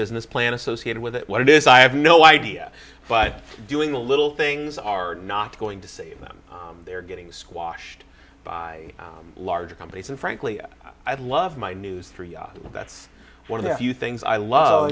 business plan associated with it what it is i have no idea but doing the little things are not going to save them they're getting squashed by larger companies and frankly i'd love my news that's one of the few things i love